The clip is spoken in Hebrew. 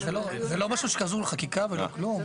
זה לא משהו שקשור לחקיקה ולא כלום.